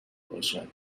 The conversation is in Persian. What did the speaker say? باشد